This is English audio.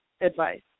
advice